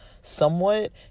somewhat